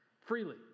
freely